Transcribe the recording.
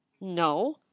no